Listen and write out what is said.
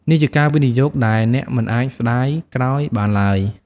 នេះជាការវិនិយោគដែលអ្នកមិនអាចស្តាយក្រោយបានឡើយ។